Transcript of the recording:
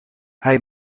hij